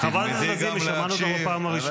חברת הכנסת לזימי, שמענו אותך בפעם ראשונה.